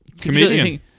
Comedian